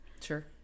Sure